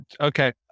okay